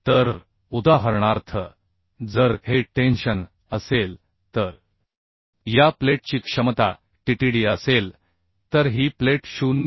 तर उदाहरणार्थ जर हे टेन्शन असेल तर या प्लेटची क्षमता TTD असेल तर ही प्लेट 0